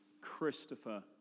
Christopher